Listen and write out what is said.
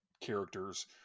characters